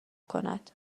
کند